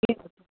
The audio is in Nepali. ए